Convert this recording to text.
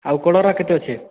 ଆଉ କଲରା କେତେ ଅଛି